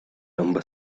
number